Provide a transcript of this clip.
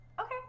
Okay